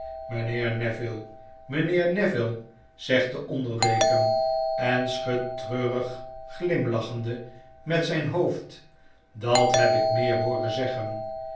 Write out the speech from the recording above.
mynheer neville mijnheer neville zegtde onder deken en schudt treurig glimlachende met zyn hoofd dat heb ik meer hooren zeggen